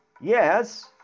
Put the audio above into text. yes